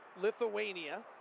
Lithuania